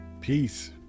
peace